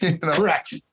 correct